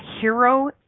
hero